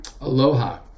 Aloha